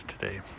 today